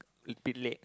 a bit late